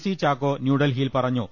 C Chacko ന്യൂഡൽഹിയിൽ പറഞ്ഞു